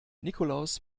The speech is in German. nikolaus